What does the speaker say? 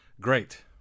Great